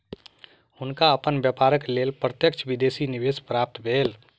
हुनका अपन व्यापारक लेल प्रत्यक्ष विदेशी निवेश प्राप्त भेल